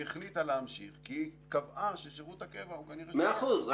והיא החליטה להמשיך כי היא קבעה ששירות הקבע הוא --- מאה אחוז.